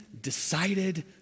decided